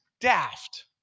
daft